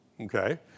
okay